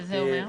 שזה אומר?